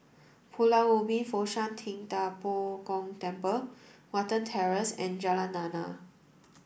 Pulau Ubin Fo Shan Ting Da Bo Gong Temple Watten Terrace and Jalan Lana